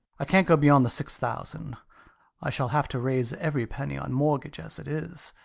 i can't go beyond the six thousand i shall have to raise every penny on mortgage as it is.